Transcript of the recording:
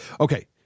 Okay